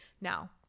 Now